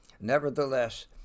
Nevertheless